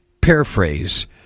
paraphrase